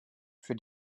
für